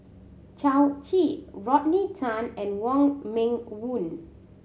Yao Zi Rodney Tan and Wong Meng Voon